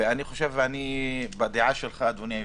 אני בדעה שלך, אדוני היושב-ראש,